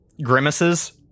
grimaces